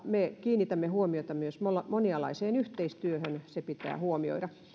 me kiinnitämme huomiota myös monialaiseen yhteistyöhön se pitää huomioida